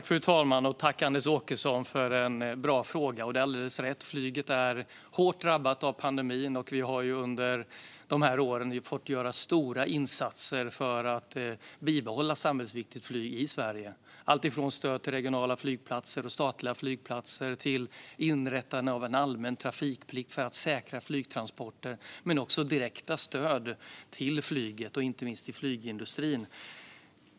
Fru talman! Tack, Anders Åkesson, för en bra fråga! Det är alldeles rätt - flyget är hårt drabbat av pandemin. Vi har under dessa år fått göra stora insatser för att bibehålla samhällsviktigt flyg i Sverige, alltifrån stöd till regionala och statliga flygplatser till inrättande av en allmän trafikplikt för att säkra flygtransporter men också direkta stöd till flyget och inte minst till flygindustrin.